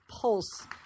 pulse